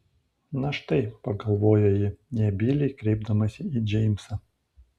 na štai pagalvojo ji nebyliai kreipdamasi į džeimsą